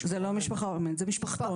זה משפחתון.